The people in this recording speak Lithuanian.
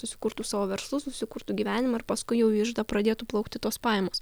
susikurtų savo verslus susikurtų gyvenimą ir paskui jauį iždą pradėtų plaukti tos pajamos